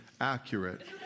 accurate